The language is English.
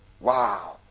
Wow